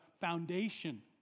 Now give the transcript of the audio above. foundation